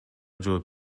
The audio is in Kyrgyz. жооп